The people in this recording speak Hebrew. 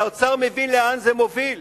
כי האוצר מבין לאן זה מוביל.